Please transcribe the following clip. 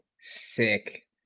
Sick